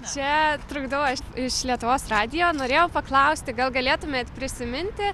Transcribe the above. čia trukdau aš iš lietuvos radijo norėjau paklausti gal galėtumėt prisiminti